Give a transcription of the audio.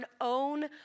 own